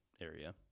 area